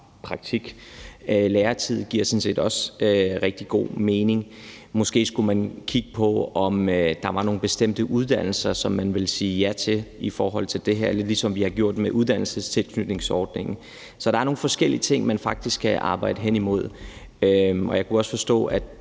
praktik. Læretid giver sådan set også rigtig god mening. Måske skulle man kigge på, om der er nogle bestemte uddannelser, som man vil sige ja til i forhold til det her, ligesom vi har gjort det med uddannelsestilknytningsordningen. Så der er nogle forskellige ting, man faktisk kan arbejde hen imod. Jeg kunne også forstå, at